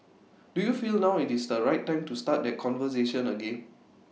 do you feel now is the right time to start that conversation again